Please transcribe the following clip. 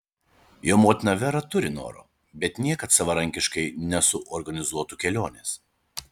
jo motina vera turi noro bet niekad savarankiškai nesuorganizuotų kelionės